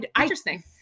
Interesting